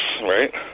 right